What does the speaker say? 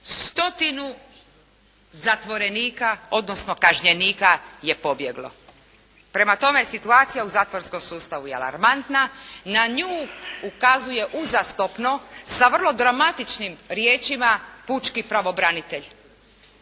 stotinu zatvorenika odnosno kažnjenika je pobjeglo. Prema tome, situacija u zatvorskom sustavu je alarmantna. Na nju ukazuje uzastopno sa vrlo dramatičnim riječima Pučki pravobranitelj.